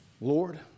Lord